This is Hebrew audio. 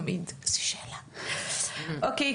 אוקיי,